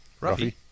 Ruffy